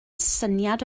syniad